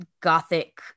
gothic